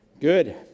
Good